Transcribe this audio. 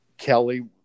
Kelly